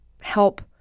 help